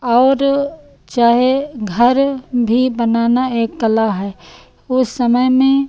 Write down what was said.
और चाहे घर भी बनाना एक कला है उस समय में